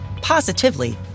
positively